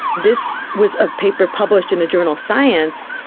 this was a paper published in the journal science,